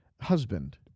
Husband